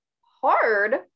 hard